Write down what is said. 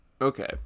Okay